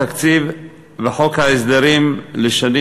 מונחות לפנינו לדיון הצעת חוק התקציב והצעת חוק ההסדרים לשנים 2013